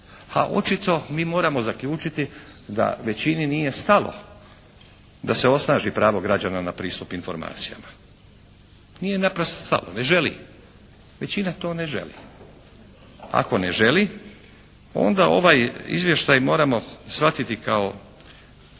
A očito mi moramo zaključiti da većini nije stalo da se osnaži pravo građana na pristup informacijama, nije naprosto stalo. Ne želi, većina to ne želi. Ako ne želi onda ovaj izvještaj moramo shvatiti kao